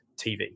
TV